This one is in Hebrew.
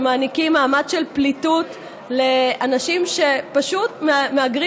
שמעניקים מעמד של פליטות לאנשים שפשוט מהגרים